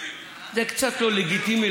זה קצת לא לגיטימי,